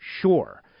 Sure